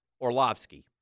Orlovsky